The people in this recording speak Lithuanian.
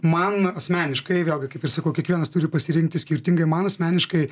man asmeniškai vėlgi kaip ir sakau kiekvienas turi pasirinkti skirtingai man asmeniškai